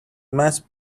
must